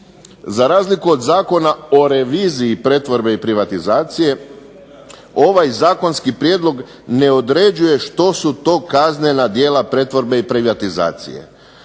Za razliku od Zakona o reviziji pretvorbe i privatizacije ovaj zakonski prijedlog ne određuje što su to kaznena djela pretvorbe i privatizacije.